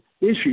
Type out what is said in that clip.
issue